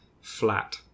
flat